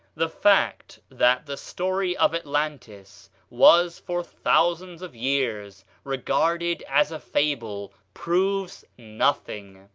the fact that the story of atlantis was for thousands of years regarded as a fable proves nothing.